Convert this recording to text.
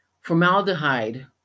Formaldehyde